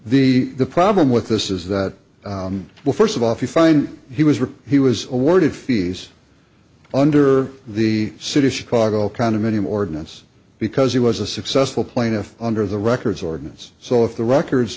the the problem with this is that well first of all if you find he was ripped he was awarded fees under the city of chicago condominium ordinance because he was a successful plaintiff under the records ordinance so if the records